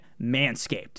Manscaped